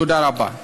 תודה רבה.